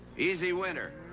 easy winter.